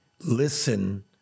listen